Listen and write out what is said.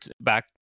back